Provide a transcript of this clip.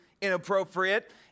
inappropriate